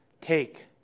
take